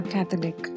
Catholic